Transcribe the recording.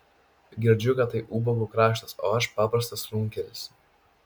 girdžiu kad tai ubagų kraštas o aš paprastas runkelis